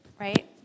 right